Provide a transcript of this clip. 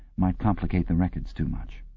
might complicate the records too much.